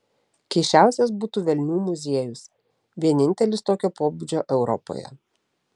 keisčiausias būtų velnių muziejus vienintelis tokio pobūdžio europoje